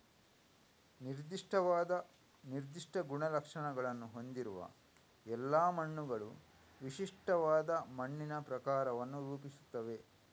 ನಿರ್ದಿಷ್ಟವಾದ ನಿರ್ದಿಷ್ಟ ಗುಣಲಕ್ಷಣಗಳನ್ನು ಹೊಂದಿರುವ ಎಲ್ಲಾ ಮಣ್ಣುಗಳು ವಿಶಿಷ್ಟವಾದ ಮಣ್ಣಿನ ಪ್ರಕಾರವನ್ನು ರೂಪಿಸುತ್ತವೆ